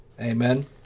Amen